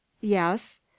Yes